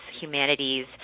humanities